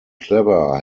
clever